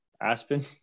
Aspen